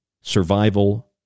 survival